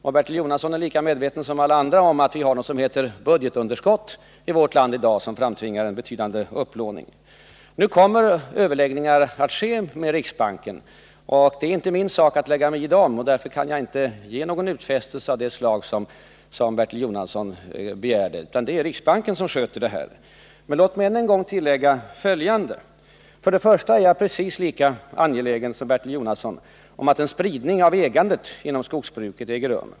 Och Bertil Jonasson är lika medveten som alla andra om att vi har någonting som heter budgetunderskott i vårt land i dag som framtvingar en betydande upplåning. Nu kommer överläggningar att ske med riksbanken, och det är inte min sak att lägga mig i dem. Därför kan jag inte ge någon utfästelse av det slag som Bertil Jonasson begärde, utan det är riksbanken som sköter detta. Låt mig än en gång tillägga följande. För det första är jag precis lika angelägen som Bertil Jonasson om att en spridning av ägandet inom skogsbruket äger rum.